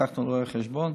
לקחנו רואה חשבון.